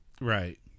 Right